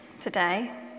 today